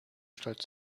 stolz